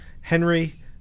Henry